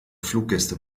fluggäste